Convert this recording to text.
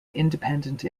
independent